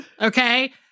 Okay